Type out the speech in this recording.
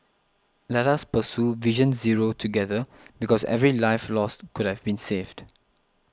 Let us pursue Vision Zero together because every life lost could have been saved